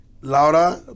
Laura